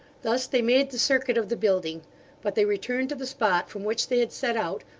thus they made the circuit of the building but they returned to the spot from which they had set out,